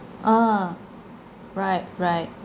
ah right right